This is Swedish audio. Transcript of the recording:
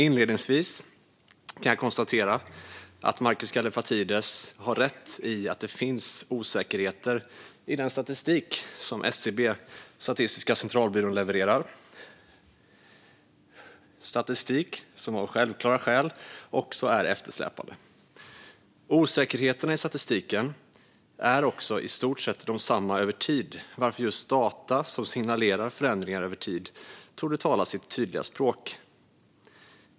Inledningsvis kan jag konstatera att Markus Kallifatides har rätt i att det finns osäkerheter i den statistik som Statistiska centralbyrån, SCB, levererar, statistik som av självklara skäl också är eftersläpande. Osäkerheterna i statistiken är också i stort sett desamma över tid, varför just data som signalerar förändringar över tid torde tala sitt tydliga språk.